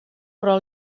però